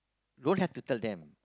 don't have to tell them